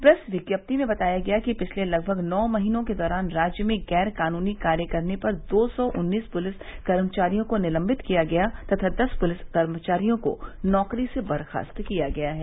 press विज्ञप्ति में बताया गया है कि पिछले लगभग नौ महीनों के दौरान राज्य में गैर कानूनी कार्य करने पर दो सौ उन्नीस पुलिस कर्मचारियों को निलंबित किया गया तथा दस पुलिस कर्मचारियों को नौकरी से बर्खास्त किया गया है